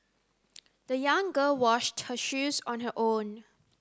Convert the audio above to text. the young girl washed her shoes on her own